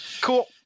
Cool